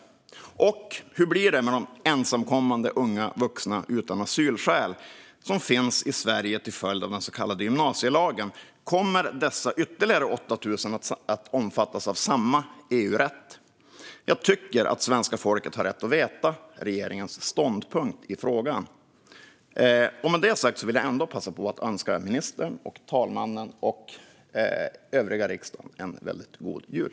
Hur blir det med de ensamkommande unga vuxna utan asylskäl som finns i Sverige till följd av den så kallade gymnasielagen? Kommer dessa ytterligare 8 000 att omfattas av samma EU-rätt? Svenska folket har rätt att veta regeringens ståndpunkt i frågan. Med det sagt vill jag ändå passa på att önska ministern, talmannen och övriga riksdagen en väldigt god jul.